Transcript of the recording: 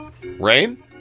Rain